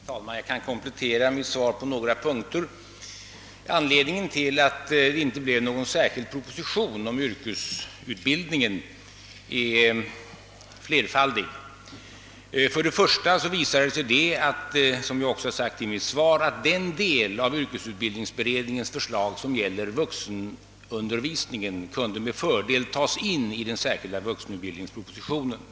Herr talman! Jag kan komplettera mitt svar på några punkter. Anledningarna till att det inte blev någon särskild proposition om yrkesutbildningen är flerfaldiga. För det första visade det sig, som jag också sagt i mitt svar, att den del av yrkesutbildningsberedningens förslag som gäller vuxenundervisningen med fördel kunde tas in i den särskilda vuxenutbildningspropositionen.